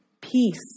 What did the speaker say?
peace